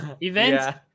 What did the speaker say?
event